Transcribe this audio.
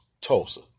Tulsa